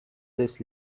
this